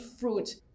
fruit